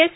S